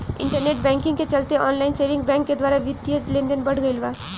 internet banking के चलते online saving bank के द्वारा बित्तीय लेनदेन बढ़ गईल बा